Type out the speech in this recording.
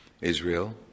Israel